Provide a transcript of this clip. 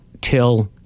till